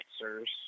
answers